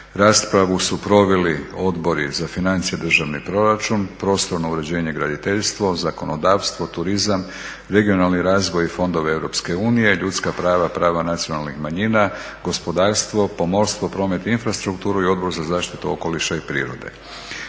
Raspravu su proveli Odbori za financije i državni proračun, prostorno uređenje i graditeljstvo, zakonodavstvo, turizam, regionalni razvoj i fondove EU, ljudska prava, prava nacionalnih manjina, gospodarstvo, pomorstvo, promet i infrastrukturu i Odbor za zaštitu okoliša i prirode.